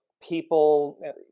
people